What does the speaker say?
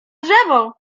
drzewo